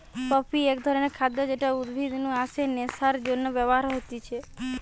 poppy এক ধরণের খাদ্য যেটা উদ্ভিদ নু আসে নেশার জন্যে ব্যবহার করতিছে